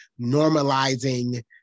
normalizing